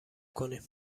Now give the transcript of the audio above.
کنیم